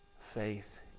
Faith